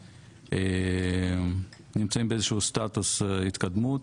נמצאים באיזשהו סטטוס התקדמות,